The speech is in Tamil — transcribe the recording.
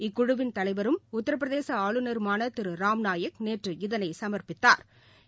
இக்குழுவின் தலைவரும் உத்திரபிரதேசஆளுநரமானதிருராம் நாயக் நேற்று இதனைசமா்ப்பித்தாா்